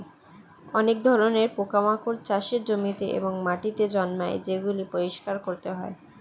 অনেক ধরণের পোকামাকড় চাষের জমিতে এবং মাটিতে জন্মায় যেগুলি পরিষ্কার করতে হয়